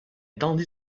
tendit